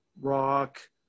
rock